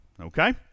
Okay